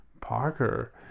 parker